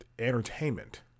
entertainment